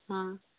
ହଁ